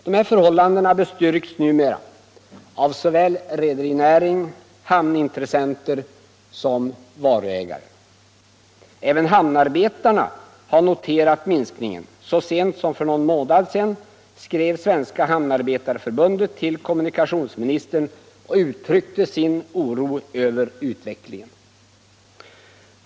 Dessa förhållanden bestyrks numera av såväl rederinäring och hamnintressenter som varuägare. Även hamnarbetarna har noterat minskning en. Så sent som för någon månad sedan skrev Svenska hamnarbetarförbundet till kommunikationsministern och uttryckte sin oro över utvecklingen.